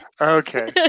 Okay